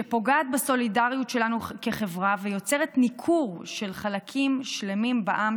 שפוגעת בסולידריות שלנו כחברה ויוצרת ניכור של חלקים שלמים בעם,